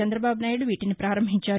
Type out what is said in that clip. చందబాబు నాయుడు వీటిని ప్రారంభించారు